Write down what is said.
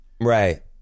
Right